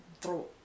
throw